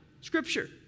Scripture